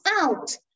out